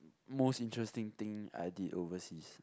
most interesting thing I did overseas